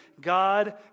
God